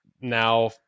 now